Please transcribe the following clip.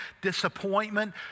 disappointment